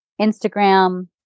instagram